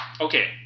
okay